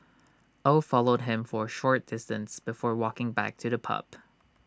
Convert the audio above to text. oh followed him for A short distance before walking back to the pub